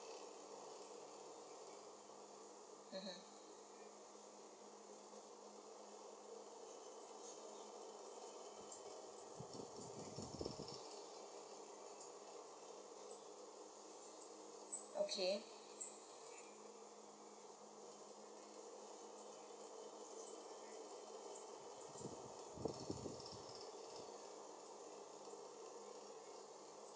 mmhmm okay